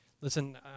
Listen